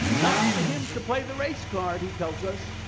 not for him to play the race card he tells us,